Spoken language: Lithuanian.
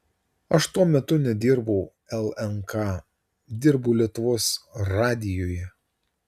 aš tuo metu nedirbau lnk dirbau lietuvos radijuje